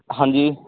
ਹਾਂਜੀ